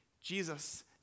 Jesus